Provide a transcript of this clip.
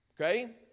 Okay